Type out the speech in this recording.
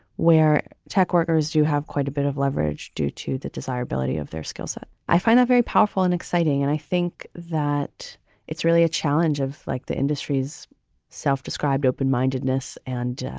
where tech workers do have quite a bit of leverage due to the desirability of their skillset. i find that very powerful and exciting. and i think that it's really a challenge of like the industry's self-described open mindedness and